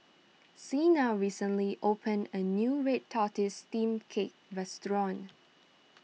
Shena recently opened a new Red Tortoise Steamed Cake Restaurant